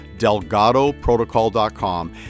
delgadoprotocol.com